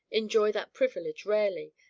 enjoy that privilege rarely,